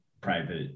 private